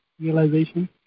Realization